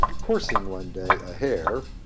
coursing one day a hare,